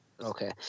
Okay